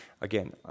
again